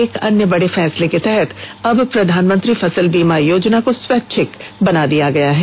एक अन्य बड़े फैसले के तहत अब प्रधानमंत्री फसल बीमा योजना को स्वैच्छिक बना दिया गया है